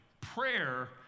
prayer